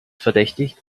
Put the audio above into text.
verdächtigt